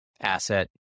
asset